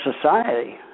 society